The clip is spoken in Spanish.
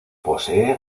posee